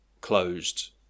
closed